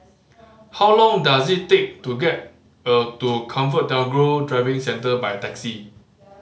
how long does it take to get a to ComfortDelGro Driving Centre by taxi